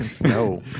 No